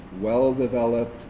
well-developed